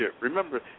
Remember